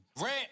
Rent